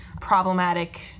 problematic